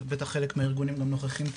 בטח חלק מהארגונים גם נוכחים פה.